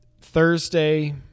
Thursday